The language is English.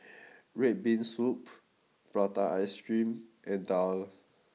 Red Bean Soup Prata Ice Cream and Daal